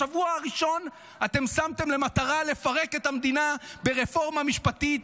בשבוע הראשון אתם שמתם למטרה לפרק את המדינה ברפורמה משפטית.